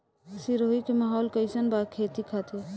सिरोही के माहौल कईसन बा खेती खातिर?